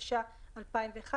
התשע"א 2011,